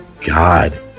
God